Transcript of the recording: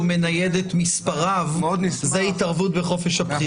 מנייד את מספריו זו התערבות בחופש הבחירה.